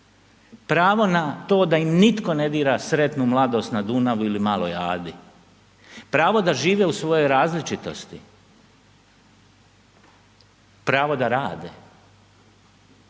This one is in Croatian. pravo na to da im nitko ne dira sretnu mladost na Dunavu ili maloj Adi, pravo da žive u svojoj različitosti, pravo da rade,